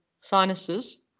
sinuses